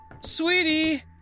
Sweetie